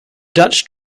dutch